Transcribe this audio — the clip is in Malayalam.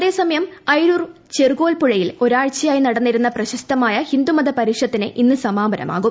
അതേസമയം അയിരൂർ ചെറുകോൽപ്പുഴയിൽ ഒരാഴ്ചയായി നടന്നിരുന്ന പ്രശസ്തമായ ഹിന്ദു മത ്പരിഷത്തിന് ഇന്നു സമാപനമാകും